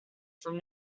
from